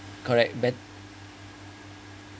correct